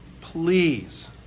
please